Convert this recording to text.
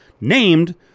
named